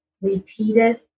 repeated